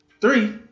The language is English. Three